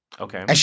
Okay